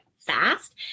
fast